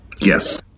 Yes